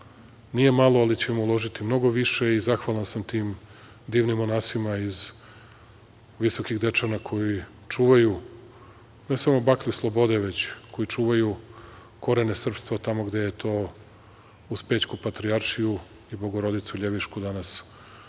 nije malo, ali ćemo uložiti mnogo više i zahvalan sam tim divnim monasima iz Visokih Dečana koji čuvaju, ne samo baklju slobode, već koji čuvaju korene srpstva tamo gde je to uz Pećku patrijaršiju i Bogorodicu Ljevišku, danas